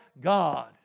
God